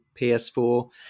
PS4